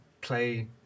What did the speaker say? play